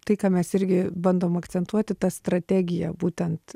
tai ką mes irgi bandom akcentuoti tą strategiją būtent